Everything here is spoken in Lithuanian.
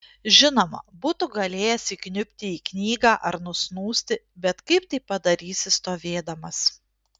žinoma būtų galėjęs įkniubti į knygą ar nusnūsti bet kaip tai padarysi stovėdamas